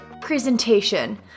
presentation